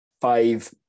five